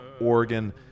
Oregon